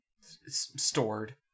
stored